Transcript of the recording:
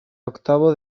octavo